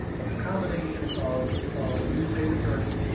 but, the combination of of a new state attorney,